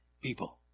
people